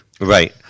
Right